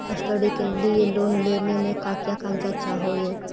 Study के लिये loan लेने मे का क्या कागजात चहोये?